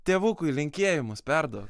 tėvukui linkėjimus perduok